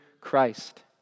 Christ